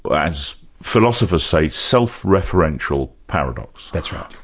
as philosopher's say, self-referential paradox. that's right,